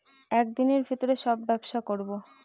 এক দিনের ভিতরে সব ব্যবসা করবো